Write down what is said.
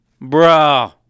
bro